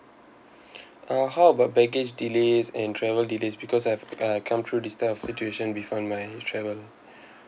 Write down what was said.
uh how about baggage delays and travel delays because I have uh come through this type of situation before in my travel